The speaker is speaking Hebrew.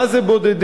מה זה בודדים?